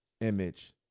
image